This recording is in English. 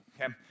okay